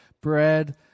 bread